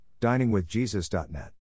diningwithjesus.net